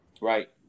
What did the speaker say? Right